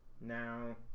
Now